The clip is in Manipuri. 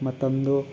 ꯃꯇꯝꯗꯣ